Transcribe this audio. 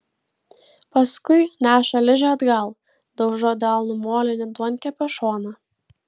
paskui neša ližę atgal daužo delnu molinį duonkepio šoną